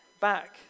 back